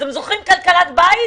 כלכלת בית,